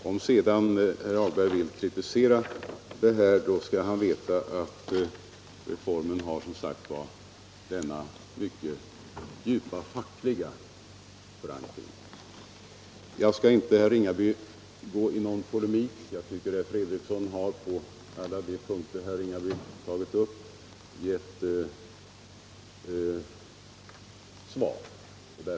Om herr Hagberg vill kritisera förslaget skall han alltså veta att reformen har en mycket djup facklig förankring. Jag skall inte gå i polemik med herr Ringaby — jag tycker att herr Fredriksson har lämnät svar på alla de punkter som herr Ringaby tagit upp.